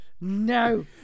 No